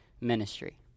ministry